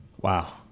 Wow